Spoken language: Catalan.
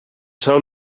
sol